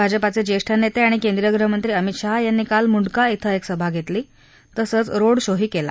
भाजपाचे ज्येष्ठ नेते आणि केंद्रीय गृहमंत्री अमित शाह यांनी काल मुंडका इथं एक सभा घेतली तसंच रोड शोही केला